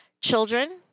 children